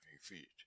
feet